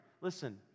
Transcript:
Listen